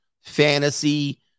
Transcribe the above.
fantasy